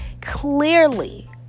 clearly